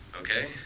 Okay